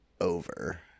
over